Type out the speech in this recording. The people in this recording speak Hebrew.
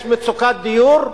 יש מצוקת דיור,